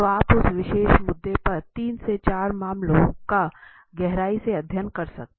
तो आप उस विशेष मुद्दे पर तीन से चार मामलों का गहराई से अध्ययन कर सकते